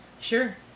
Sure